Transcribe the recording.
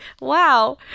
wow